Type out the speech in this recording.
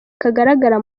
kagaragara